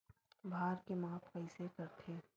भार के माप कइसे करथे?